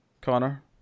Connor